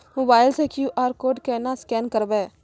Mobile से QR code केना scan करबै?